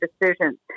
decisions